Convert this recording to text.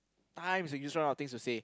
times when you just run out of things to say